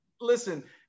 listen